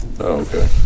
Okay